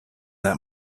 that